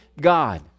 God